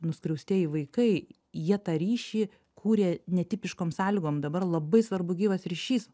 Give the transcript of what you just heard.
nuskriaustieji vaikai jie tą ryšį kuria netipiškom sąlygom dabar labai svarbu gyvas ryšys